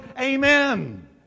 amen